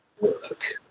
work